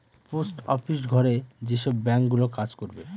post office ঘরে যেসব bank গুলো কাজ করবে